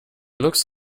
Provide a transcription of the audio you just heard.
looks